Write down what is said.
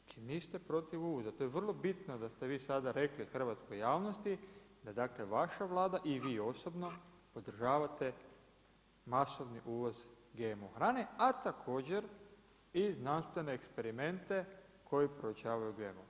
Znači niste protiv uvoza, to je vrlo bitno, da ste vi sada rekli hrvatskoj javnosti da vaša Vlada i vi osobno podržavate masovni uvoz GMO hrane, a također, i znanstvene eksperimente koji proučavaju GMO.